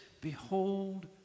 Behold